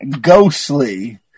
ghostly